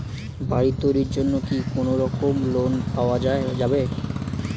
বাড়ি তৈরির জন্যে কি কোনোরকম লোন পাওয়া যাবে?